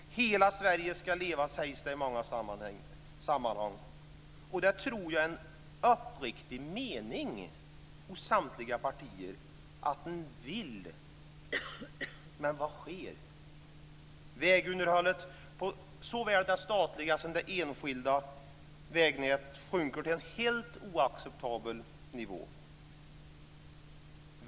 Hela Sverige ska leva, sägs det i många sammanhang. Och det tror jag är en uppriktig mening hos samtliga partier. Men vad sker? Vägunderhållet på såväl det statliga som det enskilda vägnätet sjunker till en helt oacceptabel nivå.